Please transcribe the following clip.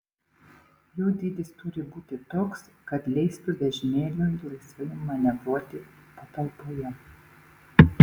jų dydis turi būti toks kad leistų vežimėliui laisvai manevruoti patalpoje